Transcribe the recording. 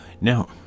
now